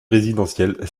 résidentielle